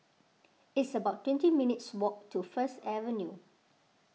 it's about twenty minutes' walk to First Avenue